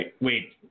Wait